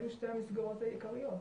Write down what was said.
אלה שתי המסגרות העיקריות,